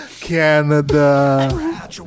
Canada